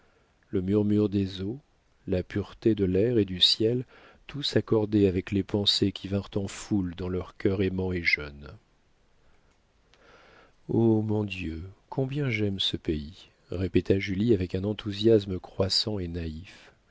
le murmure des eaux la pureté de l'air et du ciel tout s'accordait avec les pensées qui vinrent en foule dans leurs cœurs aimants et jeunes oh mon dieu combien j'aime ce pays répéta julie avec un enthousiasme croissant et naïf